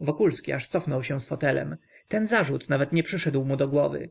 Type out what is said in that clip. wokulski aż cofnął się z fotelem ten zarzut nawet nie przyszedł mu do głowy